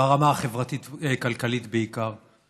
ברמה החברתית-כלכלית בעיקר.